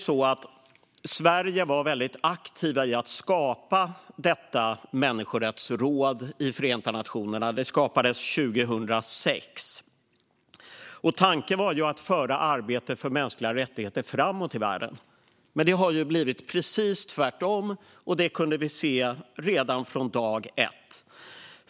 Sverige var mycket aktivt i att skapa detta människorättsråd i Förenta nationerna. Det skapades 2006. Tanken var att föra arbetet för mänskliga rättigheter framåt i världen. Men det har blivit precis tvärtom, och det kunde vi se redan från dag ett.